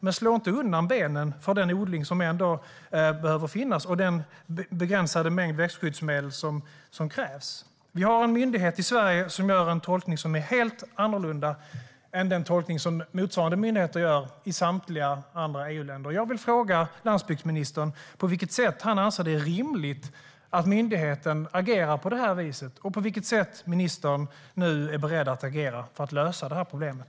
Men vi ska inte slå undan benen för den odling som behöver finnas, med den begränsade mängd växtskyddsmedel som krävs. Vi har en myndighet i Sverige som gör en tolkning som är helt annorlunda än den tolkning som motsvarande myndigheter gör i samtliga andra EU-länder. Jag vill fråga landsbygdsministern: På vilket sätt anser landsbygdsministern att det är rimligt att myndigheten agerar på det här viset? Och på vilket sätt är ministern nu beredd att agera för att lösa problemet?